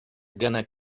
gonna